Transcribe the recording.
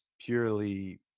purely